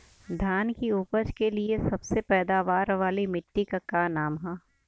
धान की उपज के लिए सबसे पैदावार वाली मिट्टी क का नाम ह?